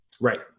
Right